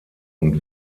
und